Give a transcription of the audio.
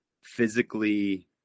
physically